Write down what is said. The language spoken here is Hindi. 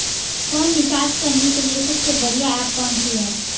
फोन रिचार्ज करने के लिए सबसे बढ़िया ऐप कौन सी है?